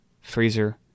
freezer